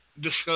Discuss